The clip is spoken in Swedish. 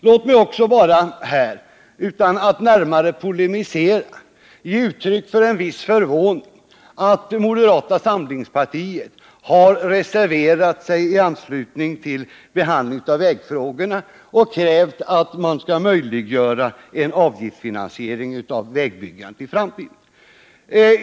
Låt mig också bara, utan att närmare polemisera, ge uttryck för en viss förvåning över att moderata samlingspartiet reserverat sig vid behandlingen av vägfrågorna och krävt en avgiftsfinansiering av vägbyggandet i framtiden.